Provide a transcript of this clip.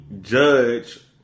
judge